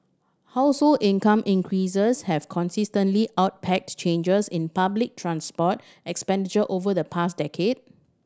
household income increases have consistently outpaced changes in public transport expenditure over the past decade